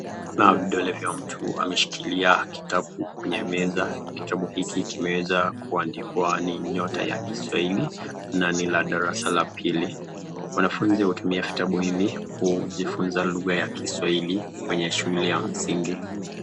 Kunao vidole vya mtu ameshikilia kitabu kwenye meza kitabu hiki kimeweza kuandikwa ni nyota ya kiswahili na ni la darasa la pili. Wanafunzi hutumia vitabu hivi kujifunza lugha ya kiswahili kwenye shule ya msingi.